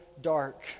dark